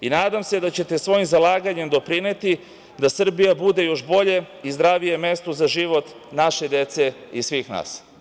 Nadam se da ćete svojim zalaganjem doprineti da Srbija bude još bolje i zdravije mesto za život naše dece i svih nas.